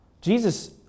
Jesus